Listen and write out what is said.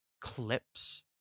clips